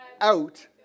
out